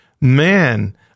man